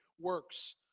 works